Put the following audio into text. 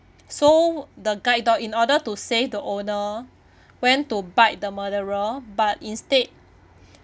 so the guide dog in order to save the owner went to bite the murderer but instead